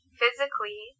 physically